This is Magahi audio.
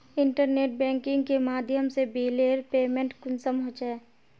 इंटरनेट बैंकिंग के माध्यम से बिलेर पेमेंट कुंसम होचे?